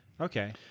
Okay